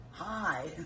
Hi